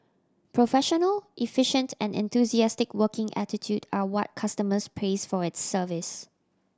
professional efficient and enthusiastic working attitude are what customers praise for its service